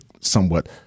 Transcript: somewhat